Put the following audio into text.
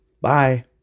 Bye